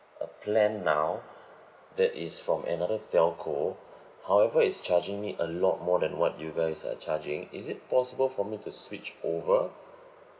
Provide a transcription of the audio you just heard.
a plan now that is from another telco however it's charging me a lot more than what you guys are charging is it possible for me to switch over